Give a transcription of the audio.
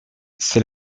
c’est